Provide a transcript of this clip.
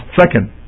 second